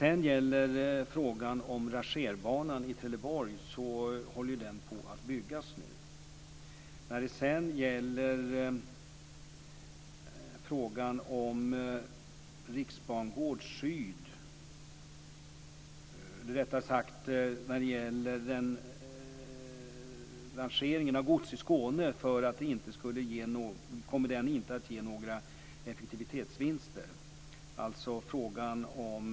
Den stora rangerbanan i Trelleborg håller ju på att byggas nu. Rangeringen av gods i Skåne kommer inte att ge några effektivitetsvinster. Det gäller alltså frågan om...